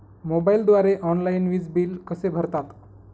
मोबाईलद्वारे ऑनलाईन वीज बिल कसे भरतात?